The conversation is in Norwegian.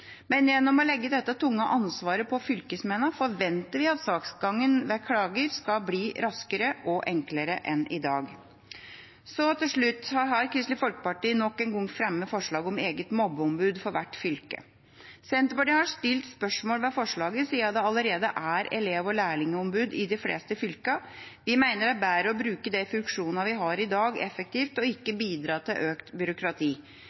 Men gjennom å legge dette tunge ansvaret på fylkesmennene forventer vi at saksgangen ved klager skal bli raskere og enklere enn i dag. Til slutt: Kristelig Folkeparti har nok en gang fremmet forslag om eget mobbeombud for hvert fylke. Senterpartiet har stilt spørsmål ved forslaget, siden det allerede er elev- og lærlingombud i de fleste fylkene. Vi mener det er bedre å bruke de funksjonene vi har i dag, effektivt, og ikke bidra til økt byråkrati.